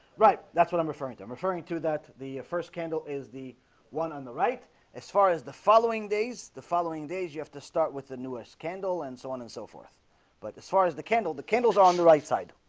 right, that's what i'm referring to i'm referring to that the first candle is the one on the right as far as the following days the following days you have to start with the newest candle and so on and so forth but as far as the candle the candles are on the right side